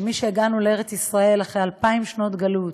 כמי שהגענו לארץ ישראל אחרי אלפיים שנות גלות,